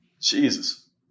Jesus